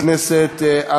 חס וחלילה.